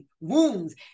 wounds